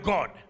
God